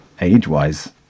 age-wise